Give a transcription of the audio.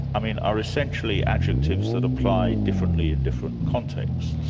i mean are essentially adjectives that apply differently in different contexts.